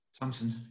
Thompson